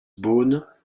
beaune